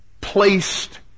placed